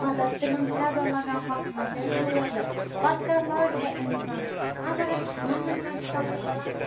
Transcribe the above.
پَتہِ ٲسۍ تِمَن ترٛےٚ دۄہ لَگان ہۄکھنَس یا ژور دۄہ پَتہِ کر لاگہِ ہا اِنسان آز اَگَر وَندَس مَنٛز چھِ پَلَو چھَلان